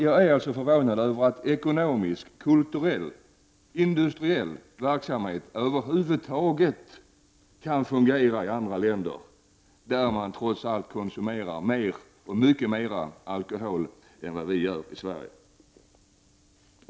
Jag är förvånad över att ekonomisk, kulturell och industriell verksamhet över huvud taget kan fungera i dessa länder där man konsumerar mycket mer alkohol än vad vi gör i Sverige.